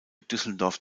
düsseldorf